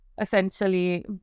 essentially